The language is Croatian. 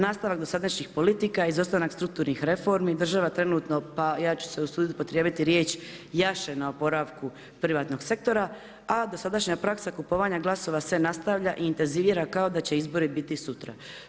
Nastavak dosadašnjih politika, izostanak strukturnih reformi, država trenutno pa ja ću se usuditi upotrijebiti riječ „jaše“ na oporavku privatnog sektora a dosadašnja praksa kupovanja glasova se nastavlja i intenzivira kao da će izbori biti sutra.